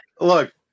look